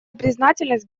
признательность